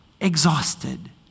exhausted